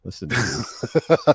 listen